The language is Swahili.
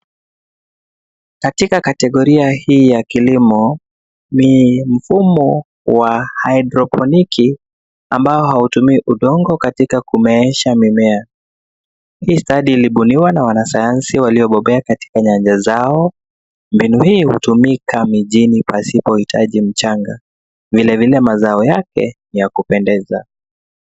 Katika kategoria hii ya kilimo ni mfumo wa haidroponiki ambao hautumii udongo katika kumeesha mimea, hii stadi ilibuniwa na wanasayansi waliobobea katika nyanja zao. Mbinu hii hutumika mijini pasipohitaji mchanga, vile vile mazao yake ni ya kupendeza.